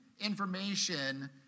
information